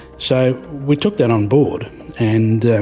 so we took that on board and